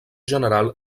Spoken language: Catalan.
general